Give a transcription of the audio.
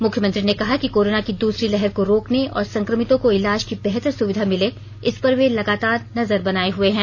मुख्यमंत्री ने कहा कि कोरोना की दूसरी लहर को रोकने और संक्रमितों को इलाज की बेहत सुविधा मिले इस पर वे लगातार नजर बनाये हुए हैं